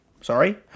Sorry